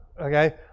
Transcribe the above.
Okay